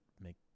make